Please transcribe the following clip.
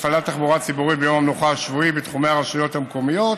להפעלת תחבורה ציבורית ביום המנוחה השבועי בתחומי הרשויות המקומיות,